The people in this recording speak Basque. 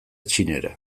txinera